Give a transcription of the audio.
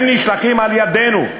הם נשלחים על-ידינו,